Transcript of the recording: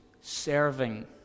serving